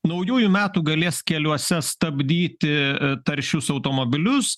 naujųjų metų galės keliuose stabdyti taršius automobilius